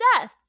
death